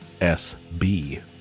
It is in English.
SB